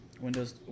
Windows